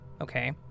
Okay